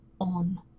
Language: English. on